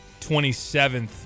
27th